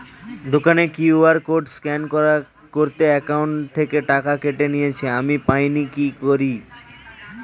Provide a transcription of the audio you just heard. দোকানের QR code scan করাতে account থেকে টাকা কেটে নিয়েছে, আমি পাইনি কি করি?